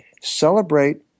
celebrate